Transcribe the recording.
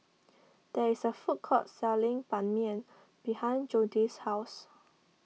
there is a food court selling Ban Mian behind Jodi's house